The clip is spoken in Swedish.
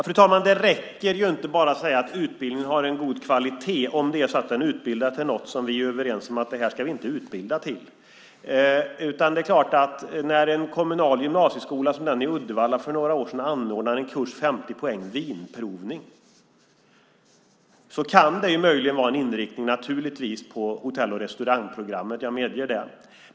Fru talman! Det räcker inte med att bara säga att utbildningen har en god kvalitet om den utbildar till något som vi är överens om att vi inte ska utbilda till. Det är klart att när en kommunal gymnasieskola, som en i Uddevalla gjorde för några år sedan, anordnar en kurs i 50 poäng vinprovning kan det möjligen vara en inriktning på hotell och restaurangprogrammet. Det medger jag.